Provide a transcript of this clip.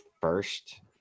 first